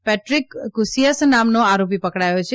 Patrick કુસીયસ નામનો આરોપી પકડાથો છે